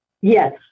Yes